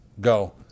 Go